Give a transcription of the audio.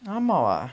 ah ah